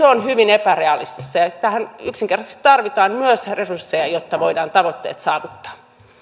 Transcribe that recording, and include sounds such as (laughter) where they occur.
(unintelligible) on hyvin epärealistista tähän yksinkertaisesti tarvitaan myös resursseja jotta voidaan tavoitteet saavuttaa